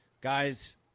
guys